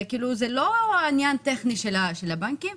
זה לא עניין טכני של הבנקים.